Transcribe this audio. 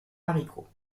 haricots